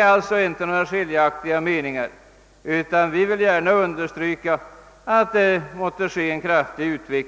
Här föreligger alltså inga skiljaktiga meningar, utan vi vill understryka att denna forskning kraftigt bör